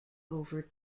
over